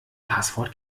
passwort